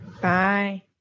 Bye